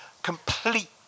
complete